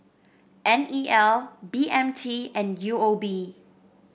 N E L B M T and U O B